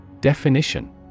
Definition